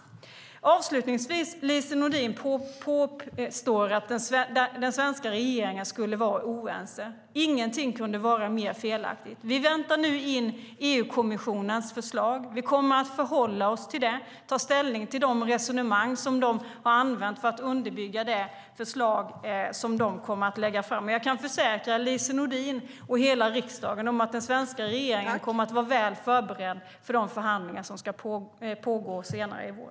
Lise Nordin påstår, avslutningsvis, att den svenska regeringen skulle vara oense. Ingenting kunde vara mer felaktigt. Vi väntar nu in EU-kommissionens förslag. Vi kommer att förhålla oss till det och ta ställning till de resonemang som de har använt för att underbygga det förslag som de kommer att lägga fram. Jag kan försäkra Lise Nordin och hela den övriga riksdagen att den svenska regeringen kommer att vara väl förberedd inför de förhandlingar som ska äga rum senare i vår.